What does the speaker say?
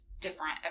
different